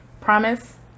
Promise